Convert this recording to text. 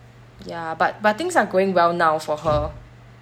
ya but but things are going well now for her